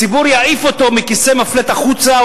הציבור יעיף אותו מכיסא המפלט החוצה,